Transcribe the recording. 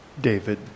David